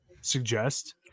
suggest